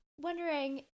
Wondering